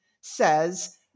says